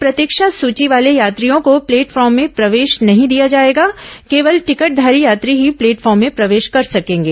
प्रतीक्षा सूची वाले यात्रियों को प्लेटफॉर्म में प्रवेश नहीं दिया जाएगा केवल टिकटधारी यात्री ही प्लेटफॉर्म में प्रवेश कर सकेंगे